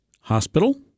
hospital